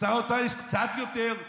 לשר האוצר יש קצת יותר.